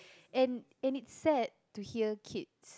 and and it's sad to hear kids